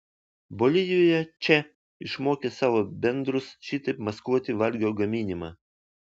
bolivijoje če išmokė savo bendrus šitaip maskuoti valgio gaminimą